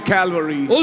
Calvary